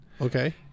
Okay